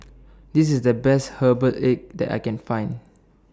This IS The Best Herbal Egg that I Can Find